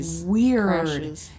Weird